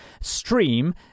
Stream